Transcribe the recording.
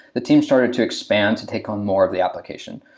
the team started to expand to take on more of the application.